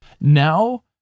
Now